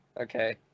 okay